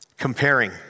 Comparing